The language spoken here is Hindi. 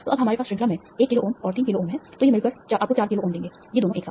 तो अब हमारे पास श्रृंखला में 1 किलो ओम और 3 किलो ओम है तो ये मिलकर आपको 4 किलो ओम देंगे ये दोनों एक साथ